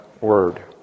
word